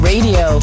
Radio